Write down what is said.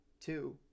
Two